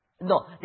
no